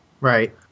Right